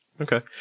Okay